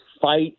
fight